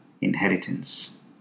inheritance